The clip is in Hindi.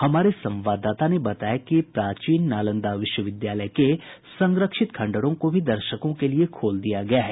हमारे संवाददाता ने बताया कि प्राचीन नालंदा विश्वविद्यालय के संरक्षित खंडहरों को भी दर्शकों के लिए खोल दिया गया है